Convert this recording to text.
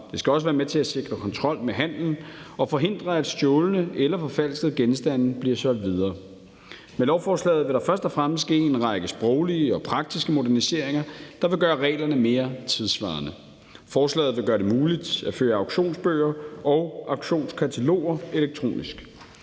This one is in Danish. Det skal også være med til at sikre kontrol med handel og forhindre, at stjålne eller forfalskede genstande bliver solgt videre. Med lovforslaget vil der først og fremmest ske en række sproglige og praktiske moderniseringer, der vil gøre reglerne mere tidssvarende. Forslaget vil gøre det muligt at føre auktionsbøger og auktionskataloger elektronisk.